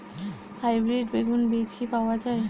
Hybrid বেগুন বীজ কি পাওয়া য়ায়?